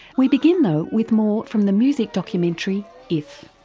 we begin though with more from the music documentary if.